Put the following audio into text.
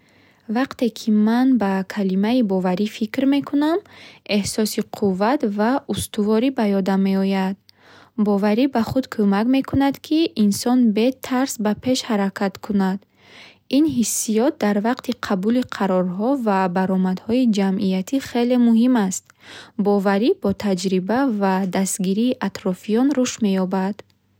Вақте ки ман ба калимаи боварӣ фикр мекунам, эҳсоси қувват ва устуворӣ ба ёдам меояд. Боварӣ ба худ кӯмак мекунад, ки инсон бе тарс ба пеш ҳаракат кунад. Ин ҳиссиёт дар вақти қабули қарорҳо ва баромадҳои ҷамъиятӣ хеле муҳим аст. Боварӣ бо таҷриба ва дастгирии атрофиён рушд меёбад.